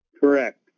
Correct